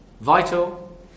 vital